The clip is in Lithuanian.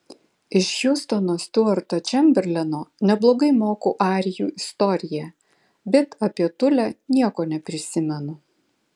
iš hiustono stiuarto čemberleno neblogai moku arijų istoriją bet apie tulę nieko neprisimenu